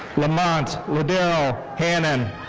lamont ladarryl hannon.